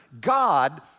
God